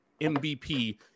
MVP